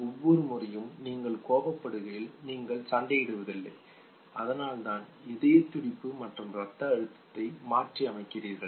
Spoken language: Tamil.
ஒவ்வொரு முறையும் நீங்கள் கோபப்படுகையில் நீங்கள் சண்டையிடுவதில்லை அதனால் தான் இதய துடிப்பு மற்றும் இரத்த அழுத்தத்தை மாற்றி அமைக்கிறார்கள்